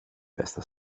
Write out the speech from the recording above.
bästa